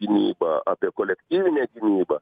gynybą apie kolektyvinę gynybą